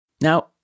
Now